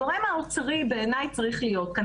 בעיניי הגורם האוצרי צריך להיות כאן.